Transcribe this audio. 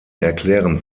erklären